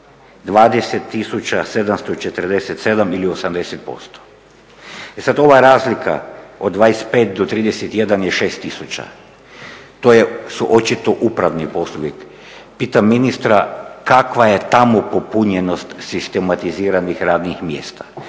20 747 ili 80%. E sad ova razlika od 25 do 31 je 6 tisuća. To su očito upravni poslovi. Pitam ministra kakva je tamo popunjenost sistematiziranih radnih mjesta?